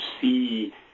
see